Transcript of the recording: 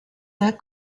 con